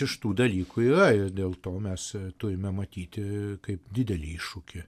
iš tų dalykų yra ir dėl to mes turime matyti kaip didelį iššūkį